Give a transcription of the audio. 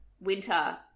winter